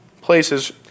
places